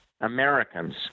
Americans